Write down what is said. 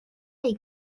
les